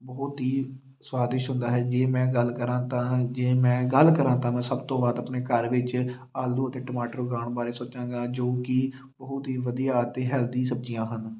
ਬਹੁਤ ਹੀ ਸਵਾਦਿਸ਼ ਹੁੰਦਾ ਹੈ ਜੇ ਮੈਂ ਗੱਲ ਕਰਾਂ ਤਾਂ ਜੇ ਮੈਂ ਗੱਲ ਕਰਾਂ ਤਾਂ ਮੈਂ ਸਭ ਤੋਂ ਵੱਧ ਆਪਣੇ ਘਰ ਵਿੱਚ ਆਲੂ ਅਤੇ ਟਮਾਟਰ ਉਗਾਉਣ ਬਾਰੇ ਸੋਚਾਂਗਾ ਜੋ ਕਿ ਬਹੁਤ ਹੀ ਵਧੀਆ ਅਤੇ ਹੈਲਦੀ ਸਬਜ਼ੀਆਂ ਹਨ